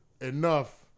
enough